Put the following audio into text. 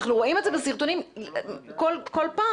אנחנו רואים את זה בסרטונים כל פעם,